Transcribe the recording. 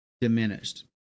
diminished